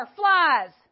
flies